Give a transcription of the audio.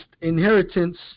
inheritance